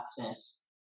access